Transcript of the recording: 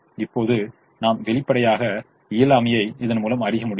இப்போது நாம் வெளிப்படையாக இயலாமையைப் இதன்முலம் அறிய முடிகிறது